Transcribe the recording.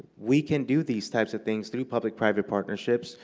we can do these types of things through public private partnerships.